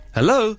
Hello